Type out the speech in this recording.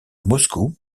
moscou